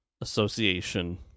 association